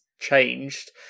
Changed